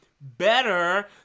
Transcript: better